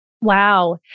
Wow